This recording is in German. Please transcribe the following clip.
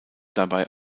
dabei